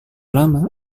lama